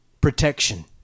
protection